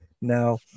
Now